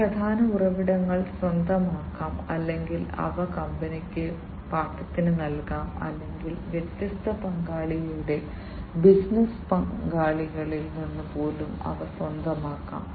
ഈ പ്രധാന ഉറവിടങ്ങൾ സ്വന്തമാക്കാം അല്ലെങ്കിൽ അവ കമ്പനിക്ക് പാട്ടത്തിന് നൽകാം അല്ലെങ്കിൽ വ്യത്യസ്ത പങ്കാളിയുടെ ബിസിനസ്സ് പങ്കാളികളിൽ നിന്ന് പോലും അവ സ്വന്തമാക്കാം